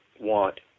want